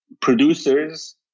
producers